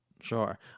Sure